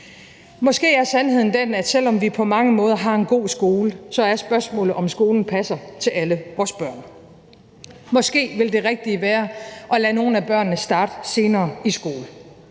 Måske er sandheden den, at selv om vi på mange måder har en god skole, er spørgsmålet, om skolen passer til alle vores børn. Måske vil det rigtige være at lade nogle af børnene starte senere i skole,